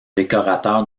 décorateur